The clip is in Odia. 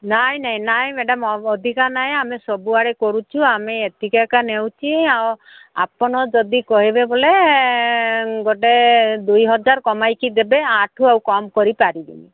ନାଇଁ ନାଇଁ ନାଇଁ ମ୍ୟାଡ଼ାମ୍ ଅଧିକା ନାଇଁ ଆମେ ସବୁଆଡ଼େ କରୁଛୁ ଆମେ ଏତିକି ଏକା ନେଉଛି ଆଉ ଆପଣ ଯଦି କହିବେ ବୋଲେ ଗୋଟେ ଦୁଇ ହଜାର କମାଇକି ଦେବେ ୟାଠୁ ଆଉ କମ୍ କରି ପାରିବିନି